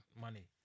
money